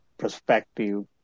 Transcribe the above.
perspective